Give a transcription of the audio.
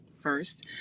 first